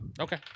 Okay